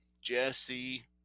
jesse